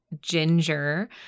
ginger